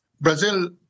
Brazil